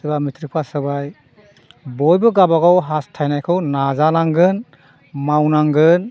सोरबा matric pass जाबाय बयबो गावबा गाव हास्थायनायखौ नाजानांगोन मावनांगोन